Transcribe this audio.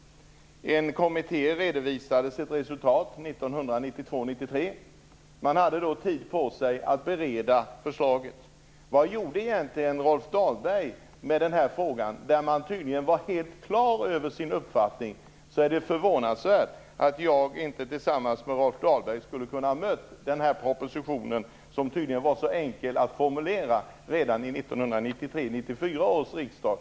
En kommitté redovisade sitt resultat 1992 94 års riksdag.